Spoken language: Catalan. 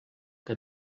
que